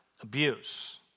abuse